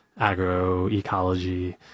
agroecology